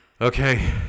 okay